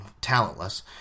talentless